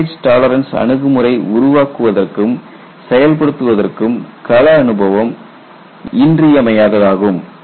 damage tolerance அணுகுமுறையை உருவாக்குவதற்கும் செயல்படுத்துவதற்கும் கள அனுபவம் இன்றியமையாததாகும்